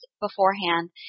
beforehand